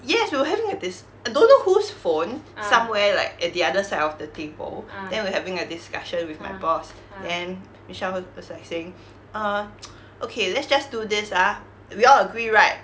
yes we were having a dis~ I don't know whose phone somewhere like at the other side of the table then we were having a discussion with my boss then michelle w~ was like saying uh okay let's just do this ah we all agree right